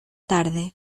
tarde